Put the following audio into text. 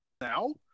now